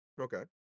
Okay